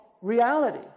reality